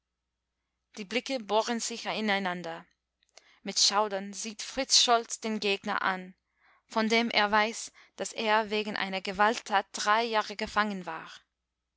die blicke bohren sich ineinander mit schaudern sieht fritz scholz den gegner an von dem er weiß daß er wegen einer gewalttat drei jahre gefangen war